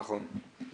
נכון.